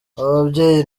ababyeyi